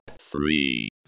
three